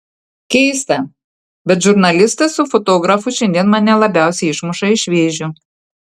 keista bet žurnalistas su fotografu šiandien mane labiausiai išmuša iš vėžių